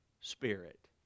Spirit